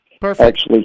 Perfect